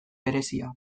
berezia